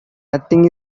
nothing